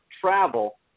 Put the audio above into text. travel